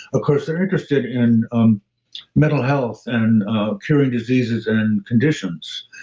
of course, they're interested in um mental health and curing diseases and conditions,